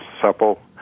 supple